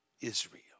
Israel